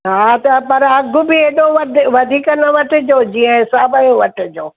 हा त पर अधु बि हेॾो वध वधीक न वठिजो जीअं हिसाबु जो वठिजो